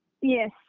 Yes